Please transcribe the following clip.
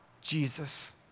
Jesus